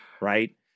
right